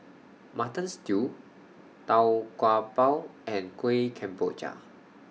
Mutton Stew Tau Kwa Pau and Kuih Kemboja